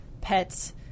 pets